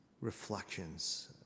reflections